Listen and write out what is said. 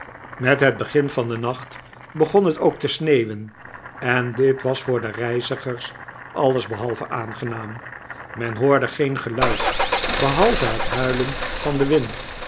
met het begin van den nacht begon het ook te sneeuwen en dit was voor de reizigers alles behalve aangenaam men hoorde geen geluid behalve het huilen van den wind